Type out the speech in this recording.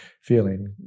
feeling